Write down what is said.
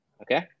Okay